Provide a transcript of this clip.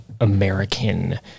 american